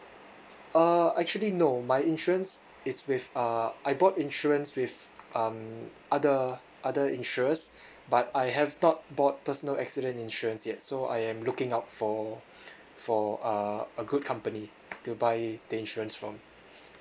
uh actually no my insurance is with uh I bought insurance with um other other insurers but I have not bought personal accident insurance yet so I am looking out for for uh a good company to buy the insurance from